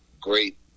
Great